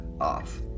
off